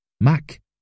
Mac